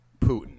Putin